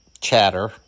chatter